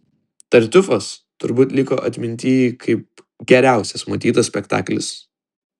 tartiufas turbūt liko atmintyj kaip geriausias matytas spektaklis